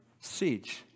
siege